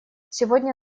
сегодня